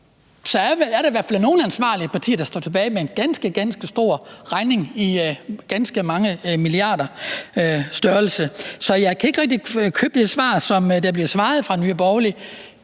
er der i hvert fald nogle ansvarlige partier, der står tilbage med en ganske, ganske stor regning på ganske mange milliarder kroner. Så jeg kan ikke rigtig købe det svar, som bliver givet fra Nye Borgerlige.